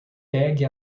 pegue